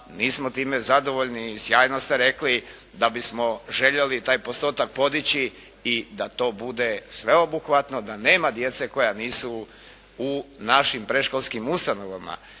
nismo time zadovoljni i sjajno ste rekli da bismo željeli taj postotak podići i da to bude sveobuhvatno, da nema djece koja nisu u našim predškolskim ustanovama.